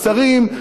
השרים,